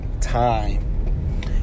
time